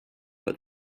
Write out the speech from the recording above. but